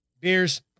Beers